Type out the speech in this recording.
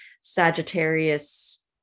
Sagittarius